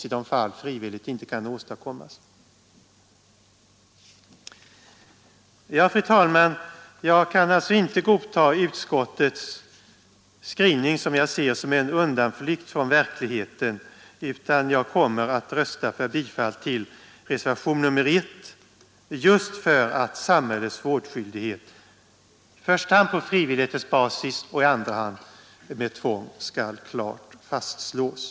Jag kan alltså inte godta utskottets skrivning, som jag ser I ——— usla dd db öANA ERASIER Åtgärder mot som en undanflykt från verkligheten, utan jag kommer att rösta för bifall å till reservationen 1, just för att samhällets vårdskyldighet, i första hand brottsligheten på frivillighetens basis, i andra hand med tvång, skall klart fastslås.